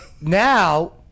now